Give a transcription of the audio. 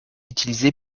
utilisé